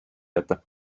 jätta